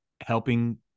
helping